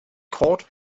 caught